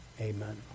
Amen